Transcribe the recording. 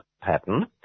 pattern